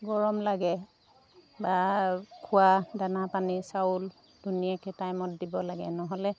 গৰম লাগে বা খোৱা দানা পানী চাউল ধুনীয়াকৈ টাইমত দিব লাগে নহ'লে